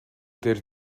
ter